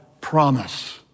promise